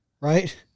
Right